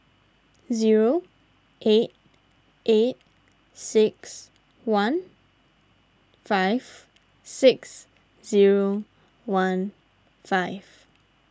zero eight eight six one five six zero one five